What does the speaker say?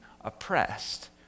oppressed